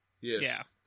Yes